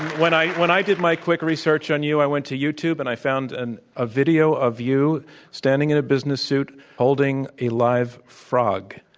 when i when i did my quick research on you, i went to youtube and i found and a video of you standing in a business suit, holding a live frog,